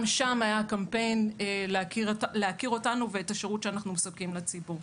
גם שם היה קמפיין להכיר אותנו ואת השירות שאנחנו מספקים לציבור.